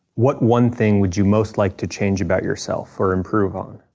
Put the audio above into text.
what one thing would you most like to change about yourself or improve on?